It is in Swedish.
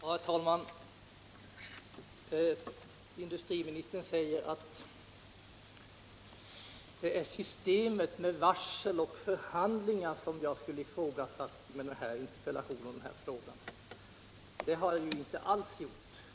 Herr talman! Industriministern säger att jag med den här interpellationen skulle ha ifrågasatt systemet med varsel och förhandlingar. Det har jag inte alls gjort.